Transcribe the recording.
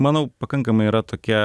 manau pakankamai yra tokia